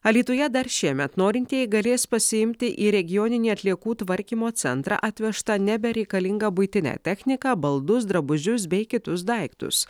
alytuje dar šiemet norintieji galės pasiimti į regioninį atliekų tvarkymo centrą atvežtą nebereikalingą buitinę techniką baldus drabužius bei kitus daiktus